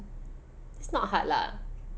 it's not hard lah